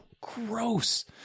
Gross